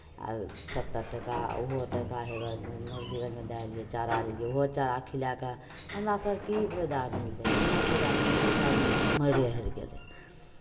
आ सत्तरि टाका ओहो टाका हवए मुरलीगंजमे दए देलियै चारा लेलियै ओहो चारा खिला कऽ हमरा सर कि फायदा मिललै कोनो फयदा नहि मिललै सभ मरिए हरि गेलै